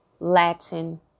Latin